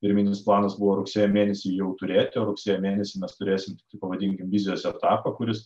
pirminis planas buvo rugsėjo mėnesį jau turėt o rugsėjo mėnesį mes turėsim pavadinkim vizijos etapą kuris